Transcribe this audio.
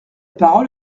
parole